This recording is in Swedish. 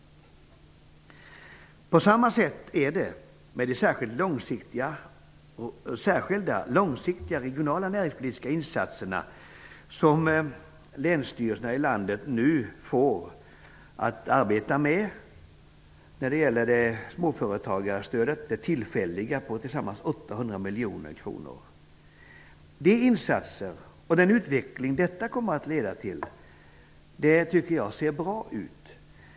På samma sätt är det med de särskilda långsiktiga regionala näringspolitiska insatserna som länsstyrelserna i landet nu får arbeta med när det gäller det tillfälliga småföretagsstödet på tillsammans 800 miljoner kronor. De insatser och den utveckling som detta kommer att leda till ser bra ut.